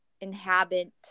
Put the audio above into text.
inhabit